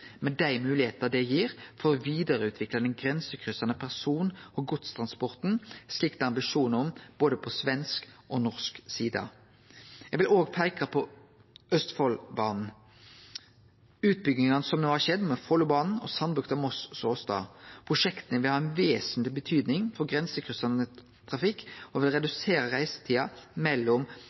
med dei moglegheitene det gir for å vidareutvikle den grensekryssande person- og godstransporten, slik det er ambisjonar om både på svensk og på norsk side. Eg vil òg peike på Østfoldbanen, utbygginga som no har skjedd med Follobanen og Sandbukta–Moss–Såstad. Prosjekta vil ha ei vesentleg betydning for grensekryssande trafikk og vil redusere reisetida mellom